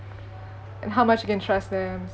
and how much you can trust them